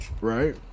Right